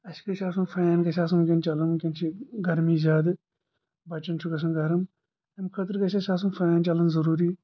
اسہِ گَژھہِ آسُن فین گَژھِ آسُن وٕنکٮ۪ن چَلَان وٕنکٮ۪ن چھِ گرمی زیادٕ بَچَن چُھ گَژھان گَرٕم امہِ خٲطرٕ گَژھِ اسہِ آسُن فین چَلَان ضروٗری